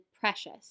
Precious